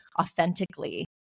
authentically